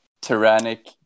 Tyrannic